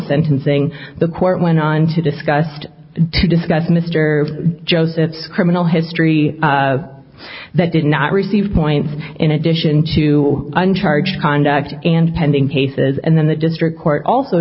sentencing the court went on to discussed discuss mr josephs criminal history that did not receive points in addition to an charge conduct and pending cases and then the district court also